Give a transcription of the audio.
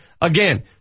Again